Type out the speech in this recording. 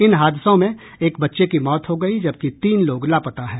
इन हादसों में एक बच्चे की मौत हो गयी जबकि तीन लोग लापता हैं